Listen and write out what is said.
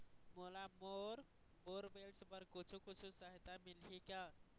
मोला bore borewells बर कुछू कछु सहायता मिलही का?